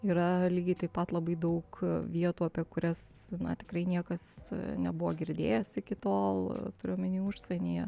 yra lygiai taip pat labai daug vietų apie kurias tikrai niekas nebuvo girdėjęs iki tol turiu omeny užsienyje